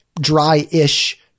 dry-ish